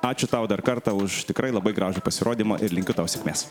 ačiū tau dar kartą už tikrai labai gražų pasirodymą ir linkiu tau sėkmės